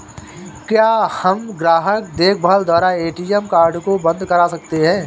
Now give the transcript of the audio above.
क्या हम ग्राहक देखभाल द्वारा ए.टी.एम कार्ड को बंद करा सकते हैं?